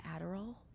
adderall